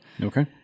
Okay